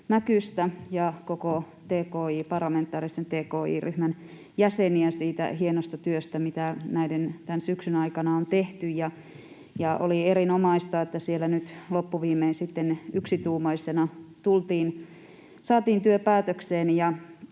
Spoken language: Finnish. ja koko parlamentaarisen tki-ryhmän jäseniä siitä hienosta työstä, mitä tämän syksyn aikana on tehty. Oli erinomaista, että siellä nyt loppuviimein yksituumaisina saatiin työ päätökseen